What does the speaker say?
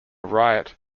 riot